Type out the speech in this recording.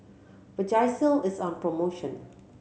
vagisil is on promotion